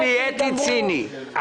לא נהייתי ציני.